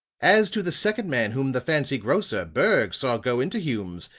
as to the second man whom the fancy grocer, berg, saw go into hume's,